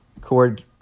cord